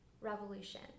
revolution